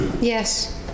Yes